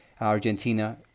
Argentina